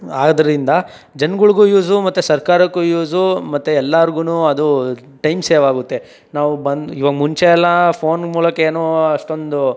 ಆದ್ದರಿಂದ ಜನಗಳ್ಗೂ ಯೂಸು ಮತ್ತು ಸರ್ಕಾರಕ್ಕೂ ಯೂಸು ಮತ್ತು ಎಲ್ಲಾರಿಗೂ ಅದು ಟೈಮ್ ಸೇವಾಗುತ್ತೆ ನಾವು ಬಂದು ಇವಾಗ ಮುಂಚೆಯೆಲ್ಲ ಫೋನ್ ಮೂಲಕ ಏನು ಅಷ್ಟೊಂದು